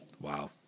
Wow